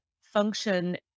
function